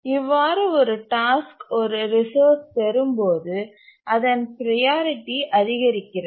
இவ்வாறு ஒரு டாஸ்க் ஒரு ரிசோர்ஸ் பெறும்போது அதன் ப்ரையாரிட்டி அதிகரிக்கிறது